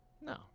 No